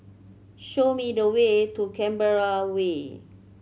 show me the way to Canberra Way